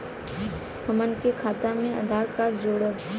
हमन के खाता मे आधार कार्ड जोड़ब?